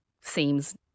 seems